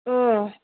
ꯑꯥ